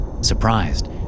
Surprised